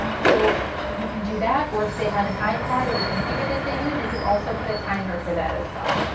so you can do that or if they have an ipad or the computer that they use, you could also put a timer for that as well.